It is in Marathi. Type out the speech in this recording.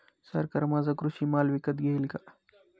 सरकार माझा कृषी माल विकत घेईल का?